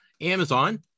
Amazon